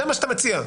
זה מה שאתה מציע.